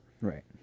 Right